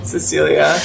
Cecilia